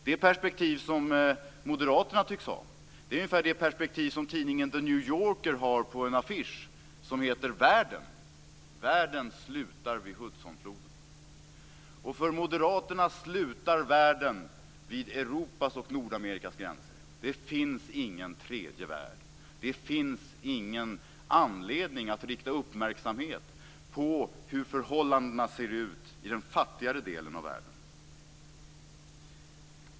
Det perspektiv som moderaterna tycks ha är ungefär det perspektiv som tidningen The New Yorker har på en affisch som heter Världen. Världen slutar vid Hudsonfloden. För moderaterna slutar världen vid Europas och Nordamerikas gränser. Det finns ingen tredje värld. Det finns ingen anledning att rikta uppmärksamhet på hur förhållandena ser ut i den fattigare delen av världen.